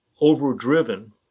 overdriven